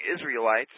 Israelites